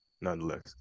nonetheless